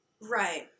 Right